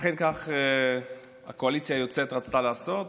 אכן כך הקואליציה היוצאת רצתה לעשות.